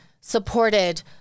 supported